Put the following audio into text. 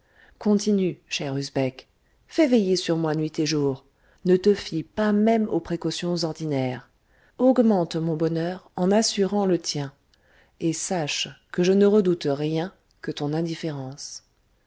continue cher usbek fais veiller sur moi nuit et jour ne te fie pas même aux précautions ordinaires augmente mon bonheur en assurant le tien et sache que je ne redoute rien que ton indifférence